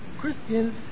Christians